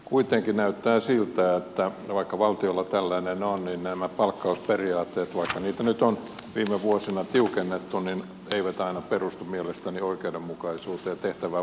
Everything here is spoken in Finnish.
kuitenkin näyttää siltä että vaikka valtiolla tällainen on niin nämä palkkausperiaatteet vaikka niitä nyt on viime vuosina tiukennettu eivät aina perustu mielestäni oikeudenmukaisuuteen tehtävän vaativuuteen tai vastaaviin tekijöihin